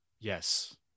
Yes